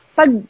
pag